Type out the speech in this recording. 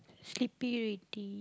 sleepy already